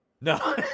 No